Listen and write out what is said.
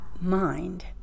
mind